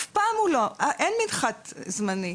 אין מנחת זמני.